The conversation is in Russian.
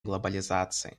глобализации